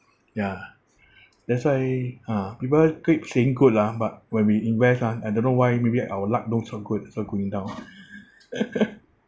ya that's why uh people keep saying good ah but when we invest ah I don't know why maybe our luck not so good that's why going down